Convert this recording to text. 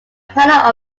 panel